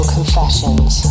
Confessions